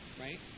Right